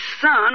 son